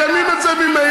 הם מקיימים את זה ממילא.